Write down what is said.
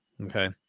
Okay